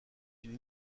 une